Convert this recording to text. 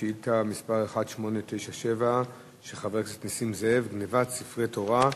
שאילתא מס' 1897 של חבר הכנסת נסים זאב: גנבת ספרי תורה מבית-כנסת.